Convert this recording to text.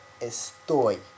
estoy